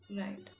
Right